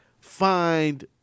find